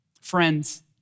Friends